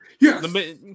Yes